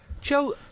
Joe